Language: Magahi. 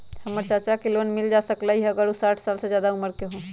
हमर चाचा के लोन मिल जा सकलई ह अगर उ साठ साल से जादे उमर के हों?